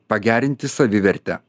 pagerinti savivertę